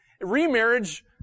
Remarriage